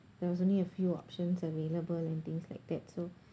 there was only a few options available and things like that so